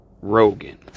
Rogan